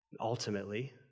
ultimately